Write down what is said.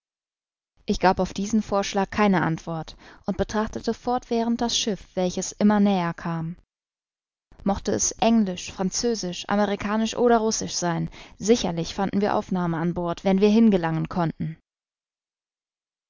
ich gab auf diesen vorschlag keine antwort und betrachtete fortwährend das schiff welches immer näher kam mochte es englisch französisch amerikanisch oder russisch sein sicherlich fanden wir aufnahme an bord wenn wir hingelangen konnten